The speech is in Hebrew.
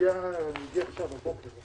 הגיע הבוקר?